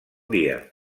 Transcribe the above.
dia